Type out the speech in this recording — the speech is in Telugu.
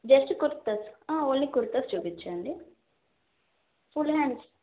జస్ట్ కుర్తాస్ ఓన్లీ కుర్తాస్ చూపించండి ఫుల్ హ్యాండ్స్